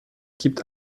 gibt